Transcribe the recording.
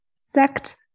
sect